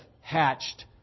hatched